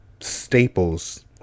staples